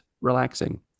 relaxing